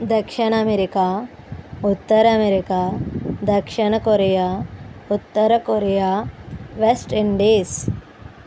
దక్షిణ అమెరికా ఉత్తర అమెరికా దక్షిణ కొరియా ఉత్తర కొరియా వెస్ట్ ఇండీస్